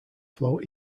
flow